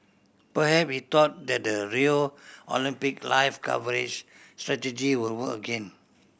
perhaps he thought that the Rio Olympics live coverage strategy will work again